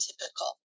typical